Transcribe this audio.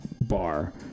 bar